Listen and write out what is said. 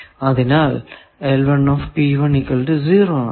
അതിനാൽ ആണ്